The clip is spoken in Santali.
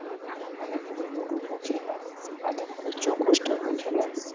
ᱟᱫᱷᱮᱠ ᱠᱚᱫᱚ ᱞᱩᱰᱩ ᱠᱚ ᱠᱷᱮᱹᱞᱟ ᱟᱫᱷᱮᱠ ᱠᱚᱫᱚ ᱪᱳᱠᱳᱥᱴᱟ ᱠᱚ ᱠᱷᱮᱞᱟ